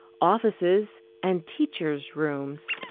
offices and teachers' rooms.